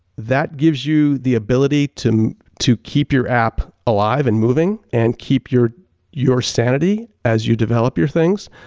that gives you the ability to to keep your app alive and moving and keep your your sanity as you develop your things.